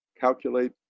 calculate